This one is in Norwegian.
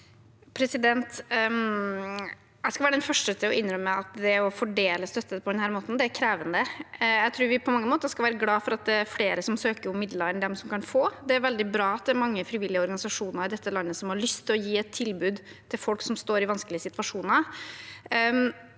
Jeg skal være den første til å innrømme at det å fordele støtte på denne måten er krevende. Jeg tror vi på mange måter skal være glad for at det er flere som søker om midler, enn det er som kan få. Det er veldig bra at det er mange frivillige organisasjoner i dette landet som har lyst til å gi et tilbud til folk som står i vanskelige situasjoner.